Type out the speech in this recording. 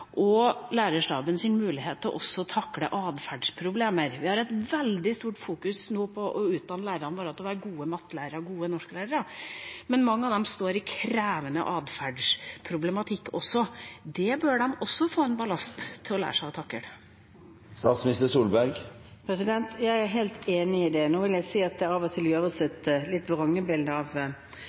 og lærerstabens mulighet til også å takle atferdsproblemer. Vi fokuserer nå veldig sterkt på å utdanne lærerne bare til å være gode mattelærere og gode norsklærere, men mange av dem står også i en krevende atferdsproblematikk. Det bør de også få ballast til å lære seg å takle. Jeg er helt enig i det. Jeg vil si at det av og til skapes et vrengebilde av